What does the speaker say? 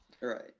Right